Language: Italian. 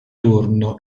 turno